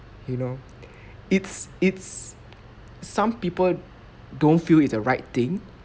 you know it's it's some people don't feel it's the right thing